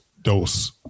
dose